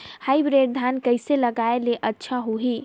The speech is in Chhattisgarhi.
हाईब्रिड धान कइसे लगाय ले अच्छा होही?